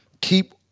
keep